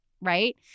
Right